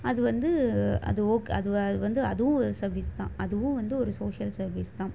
அது வந்து அது ஓக் அது அது வந்து அதுவும் ஒரு சர்வீஸ் தான் அதுவும் வந்து ஒரு சோஷியல் சர்வீஸ் தான்